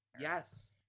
Yes